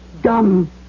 dumb